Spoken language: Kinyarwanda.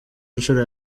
nshuro